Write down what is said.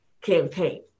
campaign